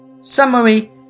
Summary